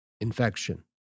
Infection